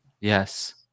Yes